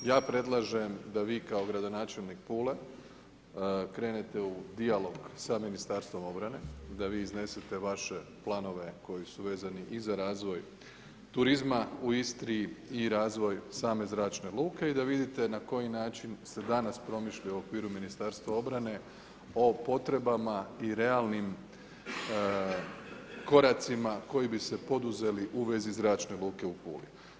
Ja predlažem da vi kao gradonačelnik Pule krenete u dijalog sa Ministarstvom obrane, da vi iznesete vaše planove, koji su vezani i za razvoj turizma u Istri i razvoj same zračne luke i da vidite na koji način se danas promišlja u okviru Ministarstva obrane o potrebama i realnim koracima koji bi se poduzeli u vezi zračne luke u Puli.